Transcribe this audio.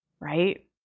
right